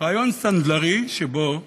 רעיון סנדלרי שבו אנחנו,